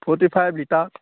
forty five ৰিটা